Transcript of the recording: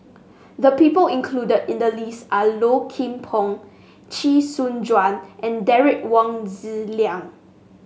the people included in the list are Low Kim Pong Chee Soon Juan and Derek Wong Zi Liang